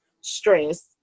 stress